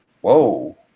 Whoa